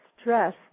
stress